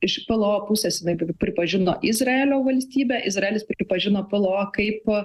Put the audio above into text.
iš pelo pusės veg pripažino izraelio valstybę izraelis pripažino pelo kaip